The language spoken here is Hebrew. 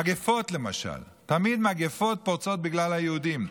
מגפות, למשל, תמיד מגפות פורצות בגלל היהודים.